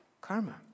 karma